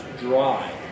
dry